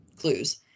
clues